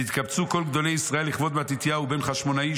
נתקבצו כל גדולי ישראל לכבוד מתתיהו ובן חשמונאי,